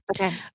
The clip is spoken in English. Okay